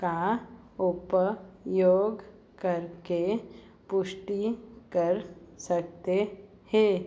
का उपयोग करके पुष्टि कर सकते हैं